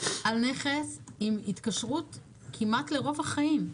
על נכס עם התקשרות כמעט לרוב החיים.